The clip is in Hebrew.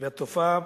והתופעה